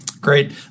Great